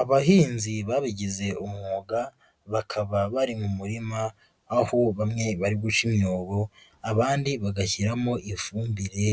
Abahinzi babigize umwuga, bakaba bari mu murima aho bamwe bari guca imyobo, abandi bagashyiramo ifumbire,